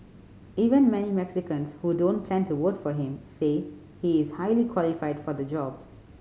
even many Mexicans who don't plan to vote for him say he is highly qualified for the job